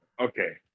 Okay